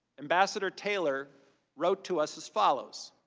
ambassador taylor wrote to us as follows.